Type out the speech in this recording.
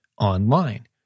online